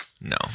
No